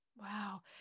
Wow